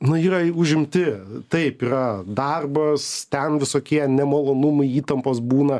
nu yra užimti taip yra darbas ten visokie nemalonumai įtampos būna